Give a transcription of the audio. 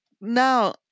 now